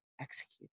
executed